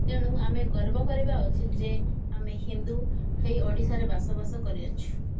ତେଣୁ ଆମେ ଗର୍ବ କରିବା ଉଚିତ ଯେ ଆମେ ହିନ୍ଦୁ ହେଇ ଓଡ଼ିଶାରେ ବସବାସ କରିଅଛୁ